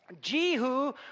Jehu